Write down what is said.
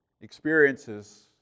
experiences